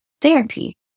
therapy